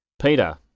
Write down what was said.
Peter